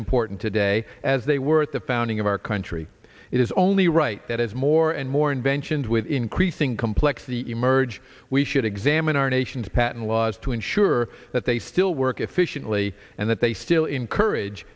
important today as they were at the founding of our country it is only right that as more and more inventions with increasing complexity emerge we should examine our nation's patent laws to ensure that they still work efficiently and that they still in courage